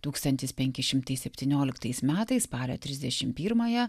tūkstantis penki šimtai septynioliktais metais spalio trisdešim pirmąją